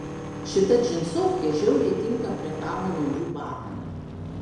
šita džinsofkė žiauriai tinka prie tavo naujų batų